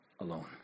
alone